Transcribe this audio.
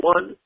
One